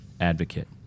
advocate